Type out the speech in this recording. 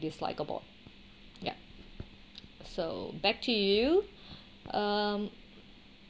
dislike about ya so back to you um